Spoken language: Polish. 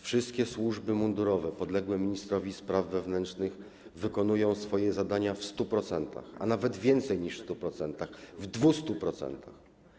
Wszystkie służby mundurowe podległe ministrowi spraw wewnętrznych wykonują swoje zadania w 100%, a nawet więcej niż w 100%, w 200%.